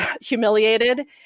humiliated